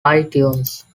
itunes